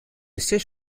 siège